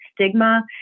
stigma